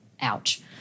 Ouch